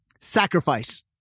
Sacrifice